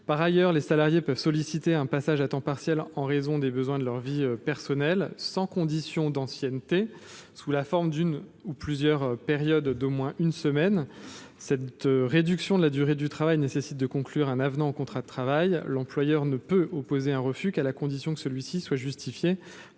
En outre, les salariés peuvent solliciter un passage à temps partiel en raison des besoins de leur vie personnelle, sans condition d’ancienneté, sous la forme d’une ou plusieurs périodes d’au moins une semaine. Une telle réduction de la durée du travail nécessite de conclure un avenant au contrat de travail, l’employeur ne pouvant opposer un refus qu’à la condition que celui ci soit justifié